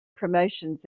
promotions